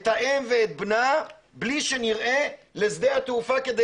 את האם ואת בנה מבלי שנראה לשדה התעופה כדי